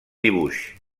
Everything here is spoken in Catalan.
dibuix